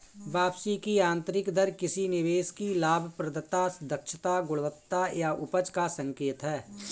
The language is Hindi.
वापसी की आंतरिक दर किसी निवेश की लाभप्रदता, दक्षता, गुणवत्ता या उपज का संकेत है